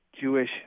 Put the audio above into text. Jewish